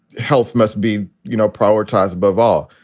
health must be you know prioritized above all.